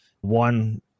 One